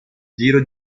giro